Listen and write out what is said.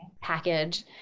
package